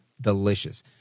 delicious